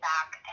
back